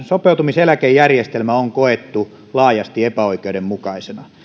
sopeutumiseläkejärjestelmä on koettu laajasti epäoikeudenmukaisena